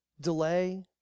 delay